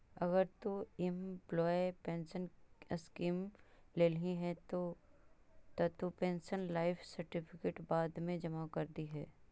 अगर तु employee pension scheme लेल्ही हे त तु पेंशनर लाइफ सर्टिफिकेट बाद मे जमा कर दिहें